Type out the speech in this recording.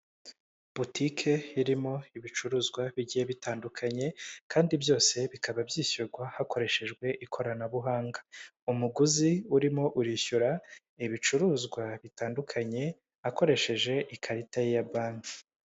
Butike irimo ibicuruzwa bigiye bitandukanye, kandi byose bikaba byishyurwa hakoreshejwe ikoranabuhanga. Umuguzi urimo urishyura ibicuruzwa bitandukanye akoresheje ikarita ye ya banki.